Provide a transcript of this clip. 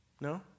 No